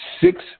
Six